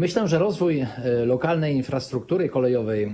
Myślę, że rozwój lokalnej infrastruktury kolejowej